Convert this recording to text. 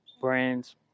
Brands